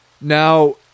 Now